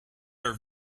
are